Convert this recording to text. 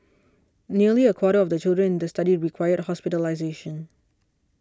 nearly a quarter of the children in the study required hospitalisation